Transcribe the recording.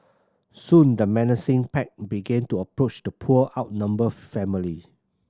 soon the menacing pack began to approach the poor outnumbered family